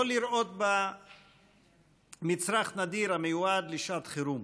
לא לראות בה מצרך נדיר המיועד לשעת חירום,